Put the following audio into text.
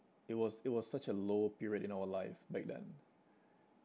it was it was such a low period in our life back then